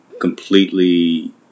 completely